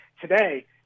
Today